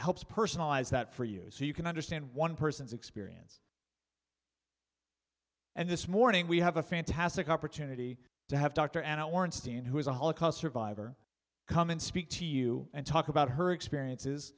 helps personalize that for you so you can understand one person's experience and this morning we have a fantastic opportunity to have dr and ornstein who is a holocaust survivor come and speak to you and talk about her experiences